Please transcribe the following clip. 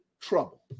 trouble